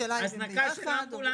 השאלה אם זה ביחד או לא.